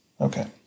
Okay